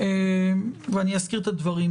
ואני אזכיר את הדברים.